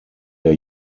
der